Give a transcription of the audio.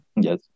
Yes